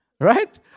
Right